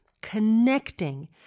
connecting